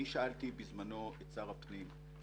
אני שאלתי בזמנו את שר הפנים.